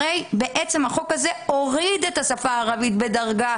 הרי בעצם החוק הזה הוריד את השפה הערבית בדרגה